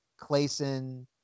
Clayson